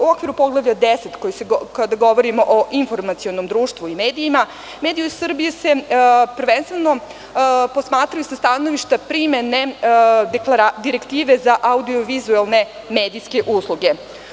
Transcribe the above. U okviru poglavlja deset, kada govorimo o informacionom društvu i medijima, mediji u Srbiji se prvenstveno posmatraju sa stanovišta primene direktive za audio-vizuelne medijske usluge.